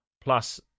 plus